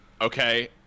okay